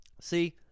See